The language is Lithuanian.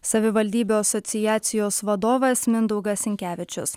savivaldybių asociacijos vadovas mindaugas sinkevičius